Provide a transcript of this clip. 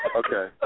okay